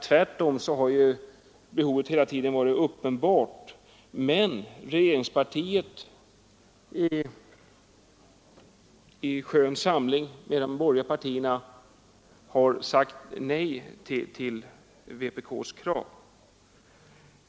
Tvärtom har behovet hela tiden varit uppenbart men regeringspartiet har i skönt samarbete med de borgerliga partierna sagt nej till vpk:s krav.